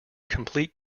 complete